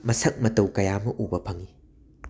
ꯃꯁꯛ ꯃꯇꯧ ꯀꯌꯥ ꯑꯃ ꯎꯕ ꯐꯪꯏ